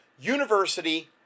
university